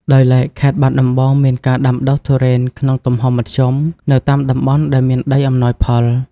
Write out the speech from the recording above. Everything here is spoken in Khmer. ដោយឡែកខេត្តបាត់ដំបង មានការដាំដុះទុរេនក្នុងទំហំមធ្យមនៅតាមតំបន់ដែលមានដីអំណោយផល។